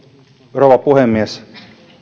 rouva puhemies